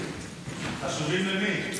חשובים למי?